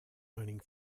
learning